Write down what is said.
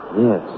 yes